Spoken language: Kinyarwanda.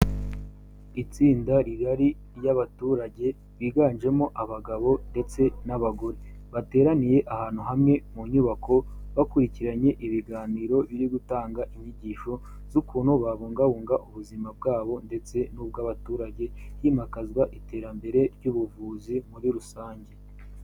Itsinda rigari ry'abaturage biganjemo abagabo ndetse n'abagore, bateraniye ahantu hamwe mu nyubako bakurikiranye ibiganiro biri gutanga inyigisho z'ukuntu babungabunga ubuzima bwabo ndetse n'ubw'abaturage, himakazwa iterambere ry'ubuvuzi muri rusange.